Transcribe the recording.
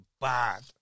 bad